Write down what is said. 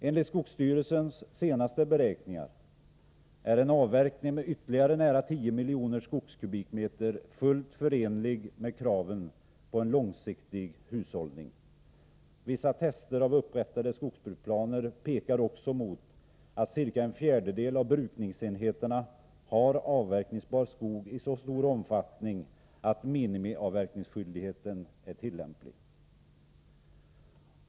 Enligt skogsstyrelsens senaste beräkningar är en avverkning med ytterligare nära 10 miljoner skogskubikmeter fullt förenlig med kraven på en långsiktig hushållning. Vissa tester av upprättade skogsbruksplaner pekar också mot att ca en fjärdedel av brukningsenheterna har avverkningsbar skog i så stor omfattning att minimiavverkningsskyldigheten är tillämplig.